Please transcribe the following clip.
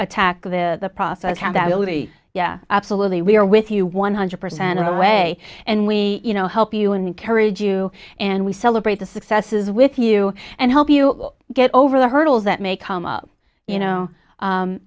attack the process how that really yeah absolutely we are with you one hundred percent of the way and we you know help you and encourage you and we celebrate the successes with you and help you get over the hurdles that may come up you know